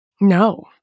No